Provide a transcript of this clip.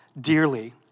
dearly